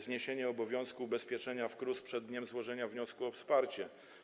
Zniesienie obowiązku ubezpieczenia w KRUS przed dniem złożenia wniosku o wsparcie.